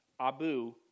Abu